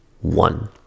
one